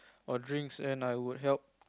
or drinks then I would help